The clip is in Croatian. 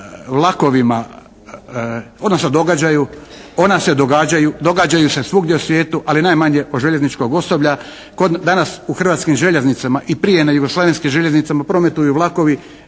vlakovima, ona se događaju, događaju se svugdje u svijetu, ali najmanje od željezničkog osoblja. Danas u Hrvatskim željeznicama i prije na Jugoslavenskim željeznicama prometuju vlakovi